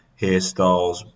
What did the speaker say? hairstyles